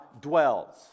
dwells